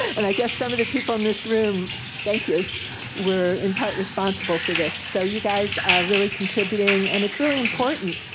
and i guess some of the people in this room thank you were, in part, responsible for this, so you guys are really contributing, and it's really important.